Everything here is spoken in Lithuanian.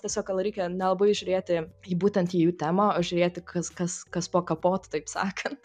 tiesiog gal reikia nelabai žiūrėti į būtent į jų temą o žiūrėti kas kas kas po kapotu taip sakant